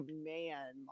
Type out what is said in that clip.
man